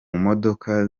modoka